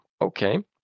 okay